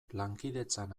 lankidetzan